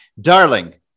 darling